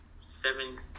seven